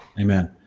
amen